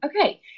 okay